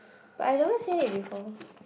but I have never seen it before